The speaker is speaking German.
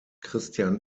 christian